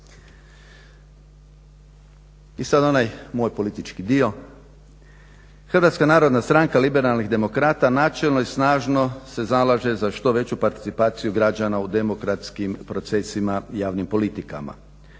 I sad onaj moj politički dio, Hrvatska narodna stranka liberalnih demokrata načelno i snažno se zalaže za što veću participaciju građana u demokratskim procesima i javnim politikama.